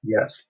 Yes